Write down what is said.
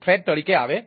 તરીકે આવે છે